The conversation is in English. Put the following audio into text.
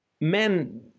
men